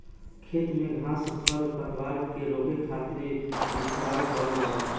खेत में घास खर पतवार के रोके खातिर छिड़काव करल जाला